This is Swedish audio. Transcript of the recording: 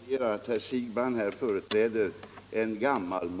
Herr talman! Jag vill bara konstatera att herr Siegbahn här företräder en gammal